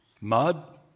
mud